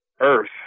Earth